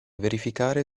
verificare